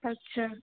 আচ্ছা